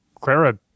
Clara